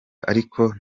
ariko